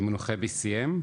במונחי BCM,